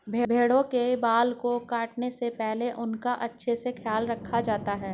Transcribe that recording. भेड़ों के बाल को काटने से पहले उनका अच्छे से ख्याल रखा जाता है